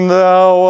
thou